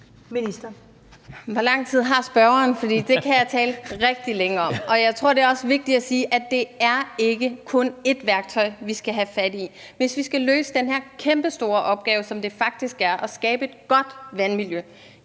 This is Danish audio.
Wermelin): Hvor lang tid har spørgeren? For det kan jeg tale rigtig længe om. Jeg tror også, det er vigtigt at sige, at det ikke kun er ét værktøj, vi skal have fat i, hvis vi skal løse den her kæmpestore opgave, som det faktisk er at skabe et godt vandmiljø